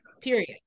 period